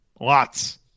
Lots